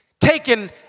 Taken